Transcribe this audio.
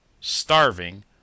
starving